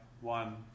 one